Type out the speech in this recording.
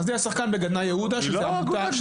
היא לא אגודה קטנה.